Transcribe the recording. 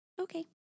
Okay